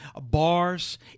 bars